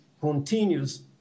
continues